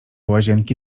łazienki